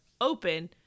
open